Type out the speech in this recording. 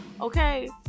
okay